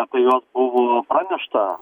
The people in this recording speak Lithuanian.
apie juos buvo pranešta